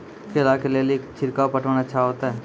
केला के ले ली छिड़काव पटवन अच्छा होते?